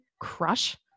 crush